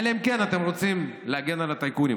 אלא אם כן אתם רוצים להגן על הטייקונים,